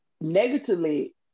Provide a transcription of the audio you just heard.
negatively